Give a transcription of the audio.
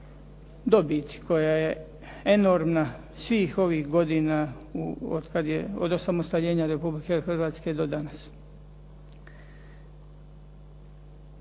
dobiti koja je enormna svih ovih godina od osamostaljenja Republike Hrvatske do danas.